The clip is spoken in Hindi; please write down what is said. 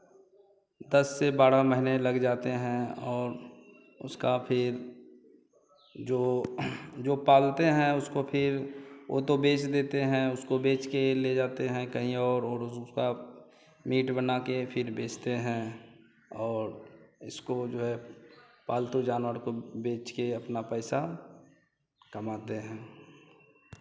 दस से बारह महीने लग जाते हैं और उसका फिर जो जो पालते हैं उसको फिर वो तो बेच देते हैं उसको बेच के ये ले जाते हैं कहीं और और उस उसका मीट बना के फिर बेचते है और इसको जो है पालतू जानवर को बेच के अपना पैसा कमाते हैं